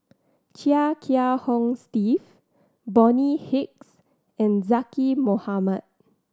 Chia Kiah Hong Steve Bonny Hicks and Zaqy Mohamad